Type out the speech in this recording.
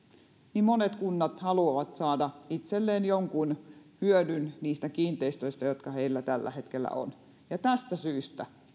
niin monet kunnat haluavat saada itselleen jonkun hyödyn niistä kiinteistöistä jotka heillä tällä hetkellä on ja tästä syystä